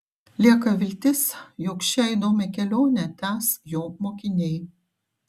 lieka viltis jog šią įdomią kelionę tęs jo mokiniai